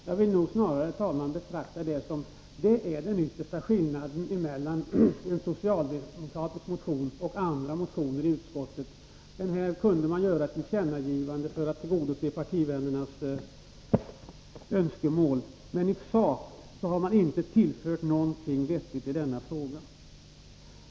Jag vill nog, herr talman, snarare betrakta detta som den yttersta skillnaden mellan socialdemokratiska motioner och andra motioner. Här vill majoriteten i utskottet tillgodose partivännernas önskemål genom att hemställa att riksdagen skall göra ett tillkännagivande. Men i sak har man inte tillfört någonting vettigt i denna fråga.